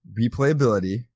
replayability